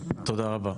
תודה רבה.